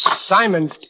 Simon